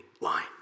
line